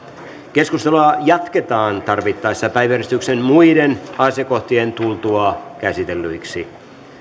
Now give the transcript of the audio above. keskustelua jatketaan tarvittaessa päiväjärjestyksen muiden asiakohtien tultua käsitellyiksi